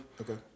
Okay